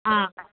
ம்